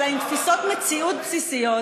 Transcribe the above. אלא עם תפיסות מציאות בסיסיות,